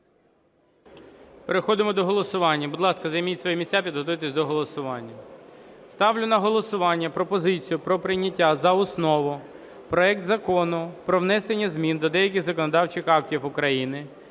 Переходимо до голосування. Будь ласка, займіть свої місця, підготуйтесь до голосування. Ставлю на голосування пропозицію про прийняття за основу проекту Закону про внесення змін до деяких законодавчих актів України